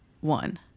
one